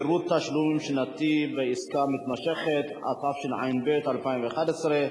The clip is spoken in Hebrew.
(פירוט תשלומים שנתי בעסקה מתמשכת), התשע"ב 2011,